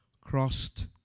crossed